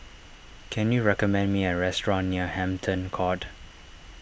can you recommend me a restaurant near Hampton Court